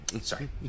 Sorry